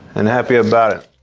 and happy about it.